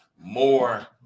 more